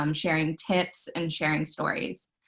um sharing tips, and sharing stories.